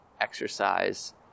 exercise